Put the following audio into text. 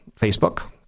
facebook